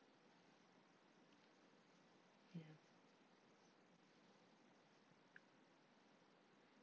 ya